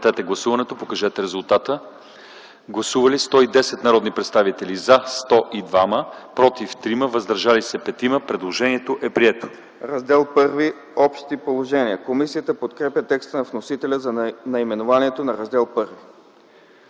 „Раздел І – Общи положения”. Комисията подкрепя текста на вносителя за наименованието на Раздел І.